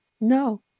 No